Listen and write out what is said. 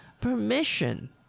permission